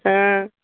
हँ